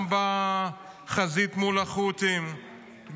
גם בחזית מול החות'ים,